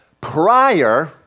Prior